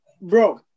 bro